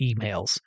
emails